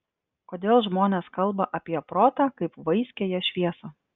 kodėl žmonės kalba apie protą kaip vaiskiąją šviesą